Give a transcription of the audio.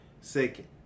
second